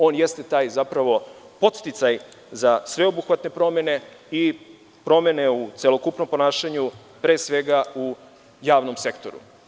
On jeste taj zapravo podsticaj za sveobuhvatne promene i promene u celokupnom ponašanju pre svega u javnom sektoru.